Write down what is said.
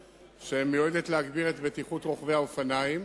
שמיועדת להגביר את בטיחות רוכבי האופניים,